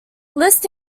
list